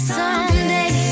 someday